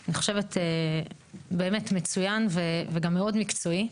אני חושבת באמת מצוין וגם מאוד מקצועי,